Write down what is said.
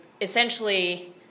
essentially